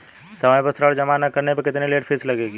समय पर ऋण जमा न करने पर कितनी लेट फीस लगेगी?